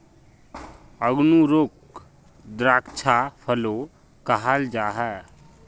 अन्गूरोक द्राक्षा फलो कहाल जाहा